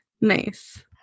Nice